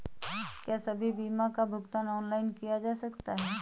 क्या सभी बीमा का भुगतान ऑनलाइन किया जा सकता है?